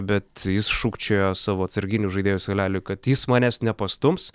bet jis šūkčiojo savo atsarginių žaidėjų suoleliui kad jis manęs nepastums